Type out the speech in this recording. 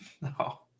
No